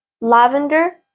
lavender